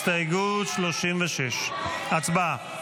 הסתייגות 36. הצבעה.